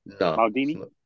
Maldini